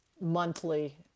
monthly